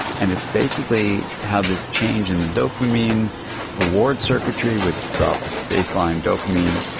and it's basically how this change in the dopamine reward circuitry with dropped baseline dopamine,